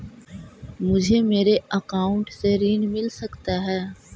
मुझे मेरे अकाउंट से ऋण मिल सकता है?